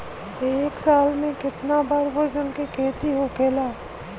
एक साल में कितना बार फसल के खेती होखेला?